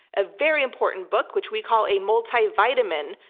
a very important book which we call a multivitamin.